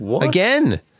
Again